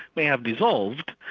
they have dissolved,